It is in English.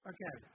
Okay